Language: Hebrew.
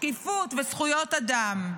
שקיפות וזכויות אדם.